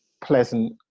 pleasant